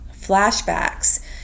Flashbacks